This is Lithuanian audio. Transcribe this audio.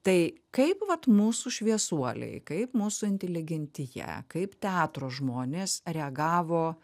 tai kaip vat mūsų šviesuoliai kaip mūsų inteligentija kaip teatro žmonės reagavo